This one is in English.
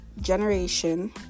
generation